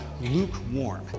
lukewarm